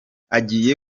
agiye